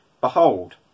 Behold